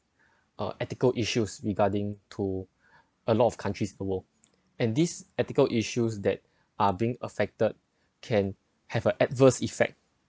uh ethical issues regarding to a lot of countries in the world and this ethical issues that are being affected can have a adverse effect